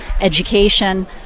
Education